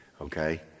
okay